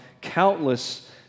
countless